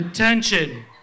Attention